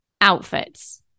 outfits